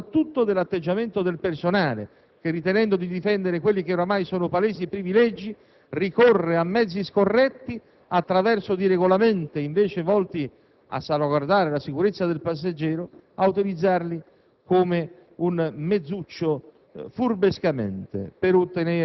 di essere vittima della cronica disorganizzazione dei nostri aeroporti ma, soprattutto, dell'atteggiamento del personale che, ritenendo di difendere quelli che oramai sono palesi privilegi, ricorre a mezzi scorretti attraverso regolamenti invece volti a salvaguardare la sicurezza del passeggero, utilizzati